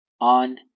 on